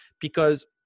Because-